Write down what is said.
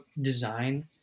design